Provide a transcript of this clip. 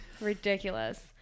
ridiculous